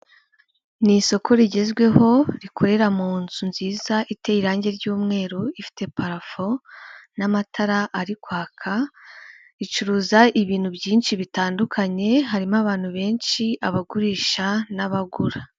Ni isoko rigezweho, rikorera mu nzu nziza iteye irangi ry'umweru ifite parafo n'amatara ari kwaka, ricuruza ibintu byinshi bitandukanye, harimo abantu benshi abagurisha n'abagura.